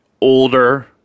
older